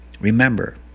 Remember